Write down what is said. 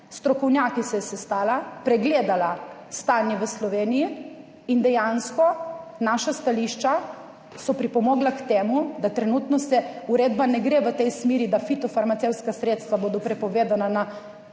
strokovnjaki se je sestala, pregledala stanje v Sloveniji in dejansko naša stališča so pripomogla k temu, da trenutno uredba ne gre v tej smeri, da fitofarmacevtska sredstva bodo prepovedana na vseh